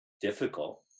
difficult